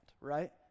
right